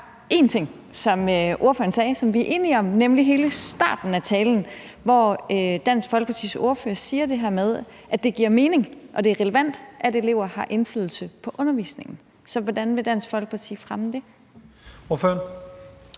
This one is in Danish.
én ting, som ordføreren sagde, som vi er enige om, nemlig i hele starten af talen, hvor Dansk Folkepartis ordfører sagde det her med, at det giver mening og det er relevant, at elever har indflydelse på undervisningen. Så hvordan vil Dansk Folkeparti fremme det? Kl.